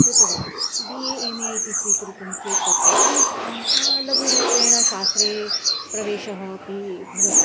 कृतवती B A M A इति स्वीकृतं चेत् तत्र लघुरूपेण शास्त्रे प्रवेशः अपि भवति